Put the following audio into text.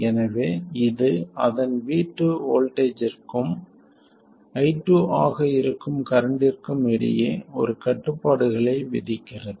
எனவே இது அதன் V2 வோல்ட்டேஜ்ற்கும் i2 ஆக இருக்கும் கரண்ட்டிற்கும் இடையே ஒரு கட்டுப்பாடுகளை விதிக்கிறது